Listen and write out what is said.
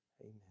Amen